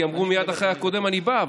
כי אמרו שמייד אחרי הקודם אני אבוא.